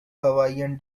hawaiian